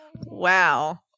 wow